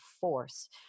Force